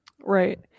right